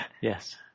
Yes